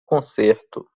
concerto